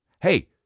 Hey